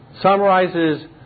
Summarizes